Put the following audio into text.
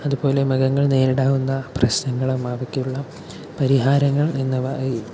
അതുപോലെ മൃഗങ്ങൾ നേരിടാവുന്ന പ്രശ്നങ്ങളും അവയ്ക്കുള്ള പരിഹാരങ്ങൾ എന്നിവ ഈ